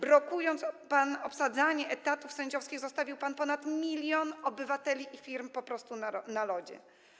Blokując obsadzanie etatów sędziowskich, zostawił pan ponad 1 mln obywateli i firm po prostu na lodzie.